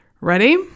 Ready